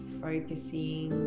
focusing